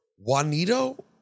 Juanito